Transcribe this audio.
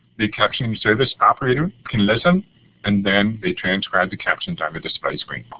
the captioning service operator can listen and then they transcribed the captions on the display screen.